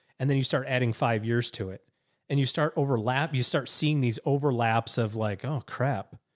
and then you start adding five years to it and you start overlap. you start seeing these overlaps of like, oh crap.